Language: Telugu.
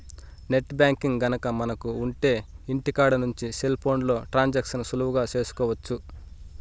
నెట్ బ్యాంకింగ్ గనక మనకు ఉంటె ఇంటికాడ నుంచి సెల్ ఫోన్లో ట్రాన్సాక్షన్స్ సులువుగా చేసుకోవచ్చు